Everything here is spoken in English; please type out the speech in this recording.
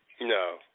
No